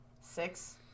Six